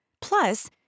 Plus